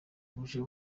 buje